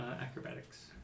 acrobatics